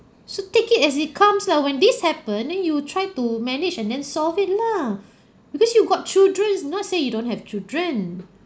so take it as it comes lah when this happened then you try to manage and then solve it lah because you got children is not say you don't have children